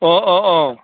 অঁ অঁ অঁ